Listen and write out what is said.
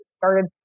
started